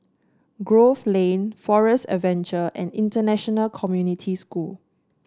Grove Lane Forest Adventure and International Community School